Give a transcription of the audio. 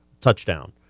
touchdown